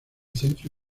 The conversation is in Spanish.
centro